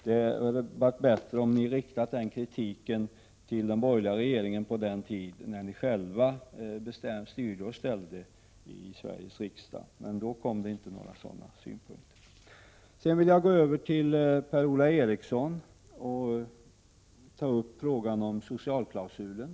Det hade varit bättre om ni hade riktat samma kritik mot den borgerliga regeringen under den tid då ni själva styrde och ställde i Sveriges riksdag. Men då kom det inte några sådana synpunkter. Sedan till Per-Ola Eriksson beträffande frågan om socialklausulen.